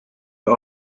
got